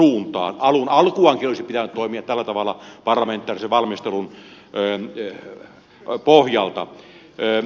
alun alkuaankin olisi pitänyt toimia tällä tavalla parlamentaarisen valmistelun pohjalta